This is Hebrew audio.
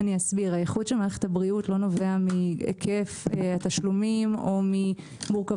האיכות של מערכת הבריאות לא נובע מהיקף תשלומים או ממורכבות